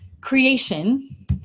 Creation